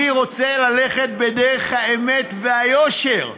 אני רוצה ללכת בדרך האמת והיושר.